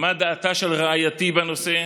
מה דעתה של רעייתי בנושא,